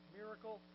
miracle